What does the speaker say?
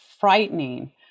frightening